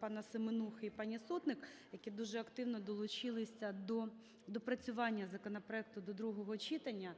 пана Семенухи і пані Сотник, які дуже активно долучилися до доопрацювання законопроекту до другого читання.